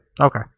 Okay